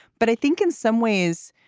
but i think in some ways,